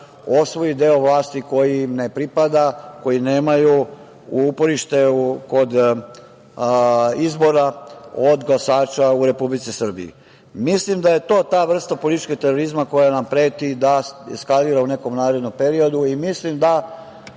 osvoji deo vlasti koji im ne pripada, koji nemaju uporište kod izbora od glasača u Republici Srbiji. Mislim da je to ta vrsta političkog terorizma koja nam preti da eskalira u nekom narednom periodu i mislim da